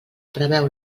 preveu